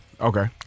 Okay